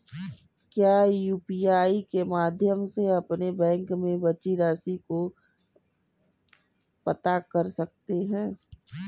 क्या यू.पी.आई के माध्यम से अपने बैंक में बची राशि को पता कर सकते हैं?